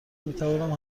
میتوانم